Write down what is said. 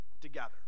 together